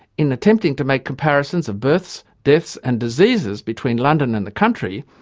in attempting to make comparisons of births, deaths and diseases between london and the country,